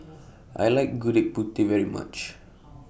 I like Gudeg Putih very much